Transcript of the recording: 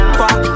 fuck